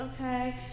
okay